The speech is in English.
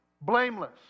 Blameless